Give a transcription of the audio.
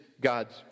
God's